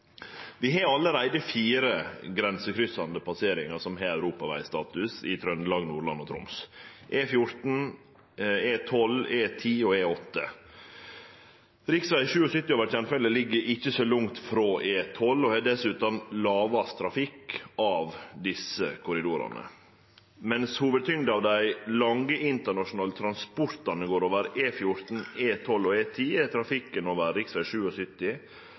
Vi har allereie fire grensekryssande passeringar som har europavegstatus i Trøndelag, Nordland og Troms: E14, E12, E10 og E8. Riksveg 77 over Tjernfjellet ligg ikkje så langt frå E12 og har dessutan minst trafikk av desse korridorane. Mens hovudtyngda av dei lange internasjonale transportane går over E14, E12 og E10, er trafikken over